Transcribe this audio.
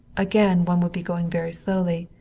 again, one would be going very slowly,